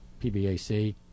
pbac